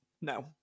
No